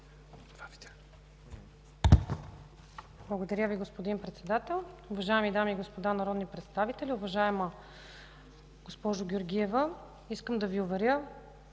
ПАВЛОВА: Благодаря Ви, господин Председател. Уважаеми дами и господа народни представители! Уважаема госпожо Георгиева, искам да Ви уверя